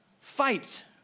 fight